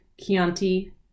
chianti